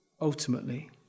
ultimately